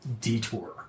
detour